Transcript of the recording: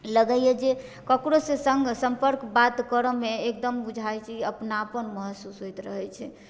लगैए जे ककरोसँ सङ्ग सम्पर्क बात करऽमे एकदम बुझाइ छै अपनापन महसूस होइत रहै छै